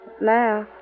now